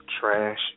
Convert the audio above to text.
trash